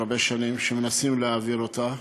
הרבה שנים מנסים להעביר אותה.